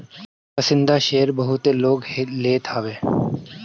पसंदीदा शेयर बहुते लोग लेत हवे